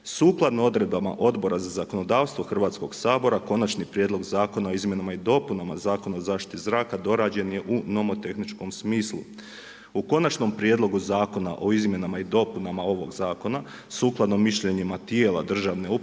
Sukladno odredbama Odbora za zakonodavstvo Hrvatskog sabora Konačni prijedlog zakona o izmjenama i dopunama Zakona o zaštiti zraka dorađen je u nomotehničkom smislu. U konačnom prijedlogu zakona o izmjenama i dopunama ovog zakona sukladno mišljenjima tijela državne uprave